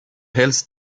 hills